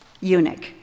eunuch